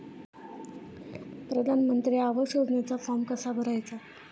प्रधानमंत्री आवास योजनेचा फॉर्म कसा भरायचा?